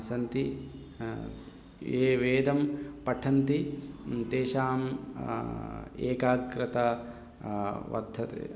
सन्ति ये वेदं पठन्ति तेषाम् एकाग्रता वर्धते